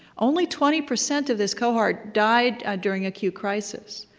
only twenty percent of this cohort died during acute crisis.